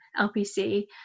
LPC